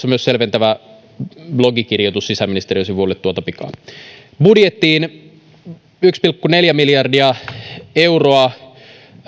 myös selventävä blogikirjoitus sisäministeriön sivuille tuota pikaa budjettiin yksi pilkku neljä miljardia euroa